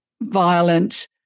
violent